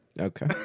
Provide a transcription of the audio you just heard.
Okay